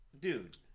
dude